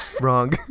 wrong